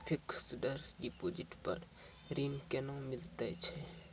Fixed deposit पर ऋण केना मिलै छै?